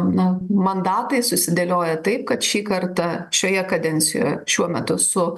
na mandatai susidėlioja taip kad šį kartą šioje kadencijoje šiuo metu su